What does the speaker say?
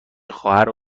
خواهر